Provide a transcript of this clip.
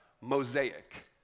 mosaic